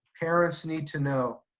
parents need to know,